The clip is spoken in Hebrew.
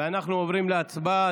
אנחנו עוברים להצבעה.